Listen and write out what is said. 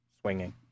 swinging